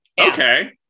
Okay